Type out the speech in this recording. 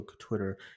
Twitter